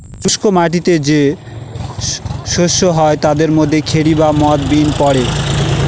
শুস্ক মাটিতে যে শস্য হয় তাদের মধ্যে খেরি বা মথ, বিন পড়ে